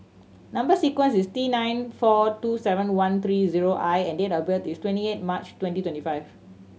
number sequence is T nine four two seven one three zero I and date of birth is twenty eight March twenty twenty five